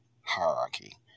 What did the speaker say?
hierarchy